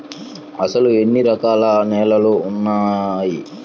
అసలు ఎన్ని రకాల నేలలు వున్నాయి?